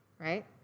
right